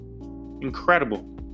Incredible